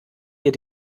dir